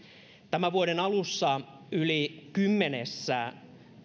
tämän vuoden alussa yli kymmenessä